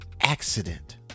accident